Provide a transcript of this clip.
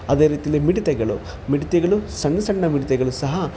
ಅದೇ ರೀತೀಲಿ ಮಿಡತೆಗಳು ಮಿಡತೆಗಳು ಸಣ್ಣ ಸಣ್ಣ ಮಿಡತೆಗಳು ಸಹ